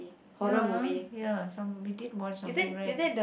ya ya some between boy something right